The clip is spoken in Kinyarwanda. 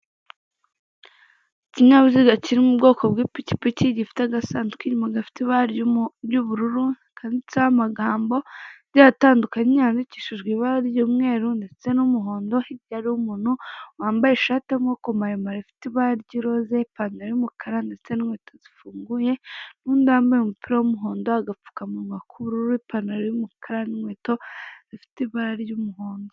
Ikinyabiziga kiri mu bwoko bw'ikipiki, gifite agasanduku ki inyuma gafite ibara ry'ubururu, kanditseho amagambo agiye atandukanye, yandikishijwe ibara ry'umweru ndetse n'umuhondo, hirya hari umuntu wambaye ishati y'amaboko maremare, ifite ibara ry'iroze, ipantaro y'umukara ndetse n'inkweto zifunguye, n'undi wambaye umupira w'umuhondo, agapfukamunwa k'ubururu, ipantaro y'umukara, n'inkweto zifite ibara ry'umuhondo.